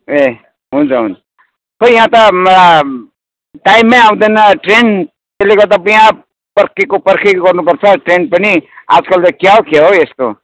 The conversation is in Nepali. ए हुन्छ हन्छ खोइ यहाँ त टाइममै आउँदैन ट्रेन त्यसले गर्दा त्यहाँ पर्खेको पर्खेको गर्नुपर्छ ट्रेन पनि आजकल त क्या हो क्या हो यस्तो